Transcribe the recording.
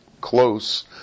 close